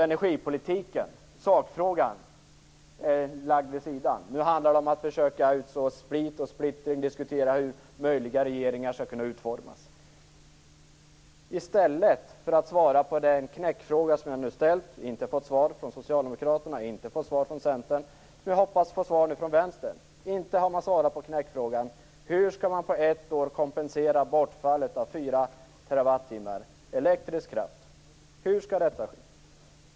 Energipolitiken, sakfrågan, är alltså lagd åt sidan. Nu handlar det om att försöka utså split och om att diskutera hur möjliga regeringar skall kunna utformas. Jag ställde en knäckfråga. Jag har inte fått svar från Socialdemokraterna och Centern. Jag hoppas nu att få svar från vänstern. Hur skall man på ett år kompensera bortfallet av 4 TWh elektrisk kraft? Hur skall detta ske?